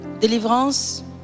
Délivrance